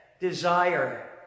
desire